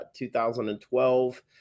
2012